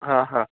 हा हा